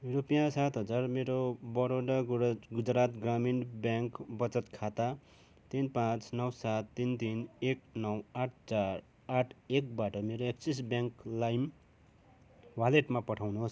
रुपियाँ सात हजार मेरो बडोदा गुरा गुजरात ग्रामीण ब्याङ्क वचत खाता तिन पाँच नौ सात तिन तिन एक नौ आठ चार आठ एकबाट मेरो एक्सिस ब्याङ्क लाइम वालेटमा पठाउनुहोस्